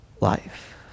life